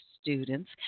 students